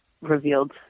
Revealed